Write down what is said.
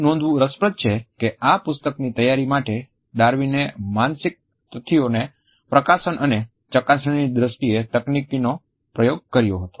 એ નોંધવું રસપ્રદ છે કે આ પુસ્તકની તૈયારી માટે ડાર્વિનએ માનસિક તથ્યોને પ્રકાશન અને ચકાસણીની દ્રષ્ટિએ તકનીકીનો પ્રયોગ કર્યો હતો